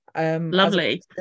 Lovely